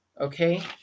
Okay